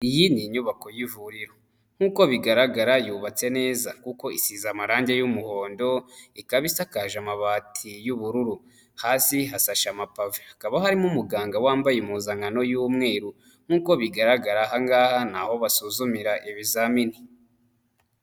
Iyi ni inyubako y'ivuriro. Nk'uko bigaragara yubatse neza kuko isize amarangi y'umuhondo, ikaba isakaje amabati y'ubururu. Hasi hasashe amapave. Hakaba harimo umuganga wambaye impuzankano y'umweru. Nk'uko bigaragara aha ngaha ni aho basuzumira ibizamini.